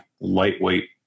lightweight